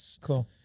Cool